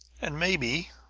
and maybe,